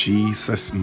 Jesus